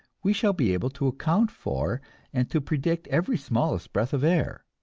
we shall be able to account for and to predict every smallest breath of air.